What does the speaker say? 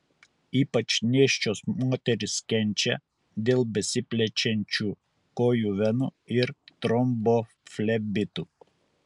ypač nėščios moterys kenčia dėl besiplečiančių kojų venų ir tromboflebitų